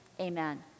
amen